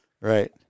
Right